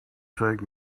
take